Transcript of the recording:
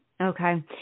okay